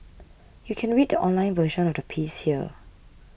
you can read the online version of the piece here